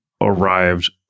arrived